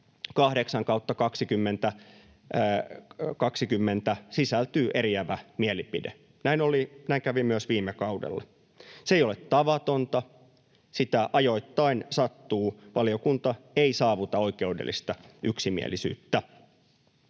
8/2020 sisältyy eriävä mielipide. Näin kävi myös viime kaudella. Se ei ole tavatonta. Sitä ajoittain sattuu, että valiokunta ei saavuta oikeudellista yksimielisyyttä.